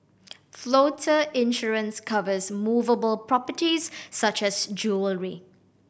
floater insurance covers movable properties such as jewellery